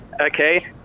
okay